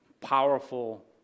powerful